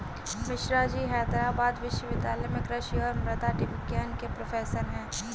मिश्राजी हैदराबाद विश्वविद्यालय में कृषि और मृदा विज्ञान के प्रोफेसर हैं